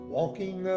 Walking